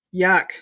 Yuck